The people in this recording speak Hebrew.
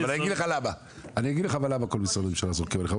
אבל אני אגיד לך למה כל משרדי הממשלה זורקים עליך.